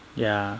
ya